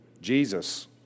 Jesus